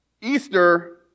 Easter